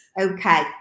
Okay